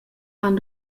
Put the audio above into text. han